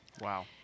Wow